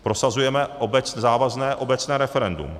Prosazujeme závazné obecné referendum.